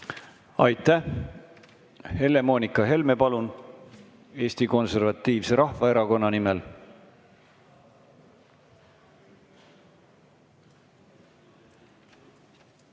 Aitäh! Helle-Moonika Helme, palun! Eesti Konservatiivse Rahvaerakonna nimel.